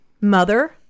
Mother